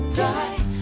die